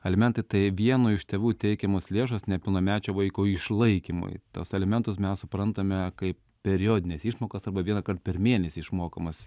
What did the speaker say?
alimentai tai vieno iš tėvų teikiamos lėšos nepilnamečio vaiko išlaikymui tuos elementus mes suprantame kaip periodines išmokas arba vienąkart per mėnesį išmokamas